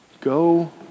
Go